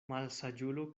malsaĝulo